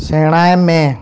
ᱥᱮᱬᱟᱭ ᱢᱮ